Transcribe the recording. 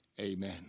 amen